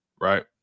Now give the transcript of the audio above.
right